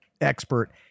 expert